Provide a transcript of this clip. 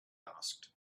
asked